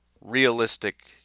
realistic